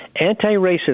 Anti-racism